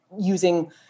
using